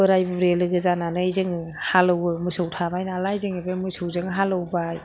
बोराय बुरि लोगो जानानै जोङो हालेवो मोसौ थाबाय नालाय बे मोसौजों हालौबाय